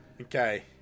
Okay